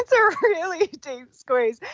it's a really deep squeeze.